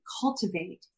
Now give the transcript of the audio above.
cultivate